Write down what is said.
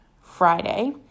Friday